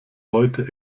heute